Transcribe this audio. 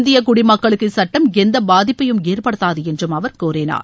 இந்திய குடிக்களுக்கு இச்சுட்டம் எந்த பாதிப்பையும் ஏற்படுத்தாது என்று அவர் கூறினார்